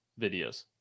videos